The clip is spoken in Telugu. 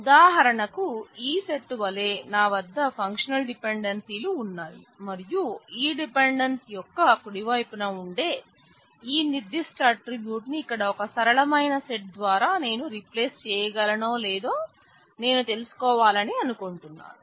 ఉదాహరణకు ఈ సెట్ వలే నా వద్ద ఫంక్షనల్ డిపెండెన్సీలు ఉన్నాయి మరియు ఈ డిపెండెన్స్ యొక్క కుడివైపున ఉండే ఈ నిర్ధిష్ట ఆట్రిబ్యూట్ ని ఇక్కడ ఒక సరళమైన సెట్ ద్వారా నేను రీప్లేస్ చేయగలనో లేదో నేను తెలుసుకోవాలని అనుకుంటున్నాను